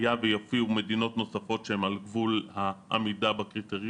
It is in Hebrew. היה ויופיעו מדינות נוספות שהן על גבול העמידה בקריטריונים